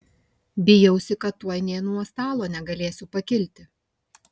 bijausi kad tuoj nė nuo stalo negalėsiu pakilti